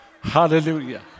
Hallelujah